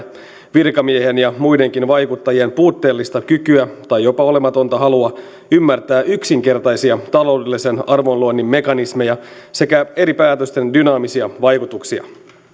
virkamiehen ja muidenkin vaikuttajien puutteellista kykyä tai jopa olematonta halua ymmärtää yksinkertaisia taloudellisen arvonluonnin mekanismeja sekä eri päätösten dynaamisia vaikutuksia